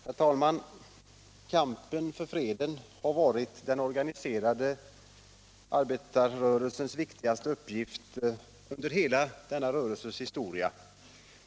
Herr talman! Kampen för fred har varit den organiserade arbetarrörelsens viktigaste uppgift under hela dess historia.